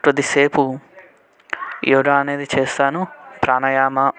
కొద్దిసేపు యోగా అనేది చేస్తాను ప్రాణాయామ